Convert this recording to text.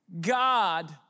God